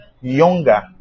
younger